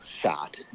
shot